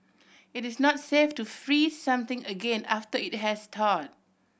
it is not safe to freeze something again after it has thawed